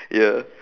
ya